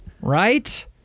right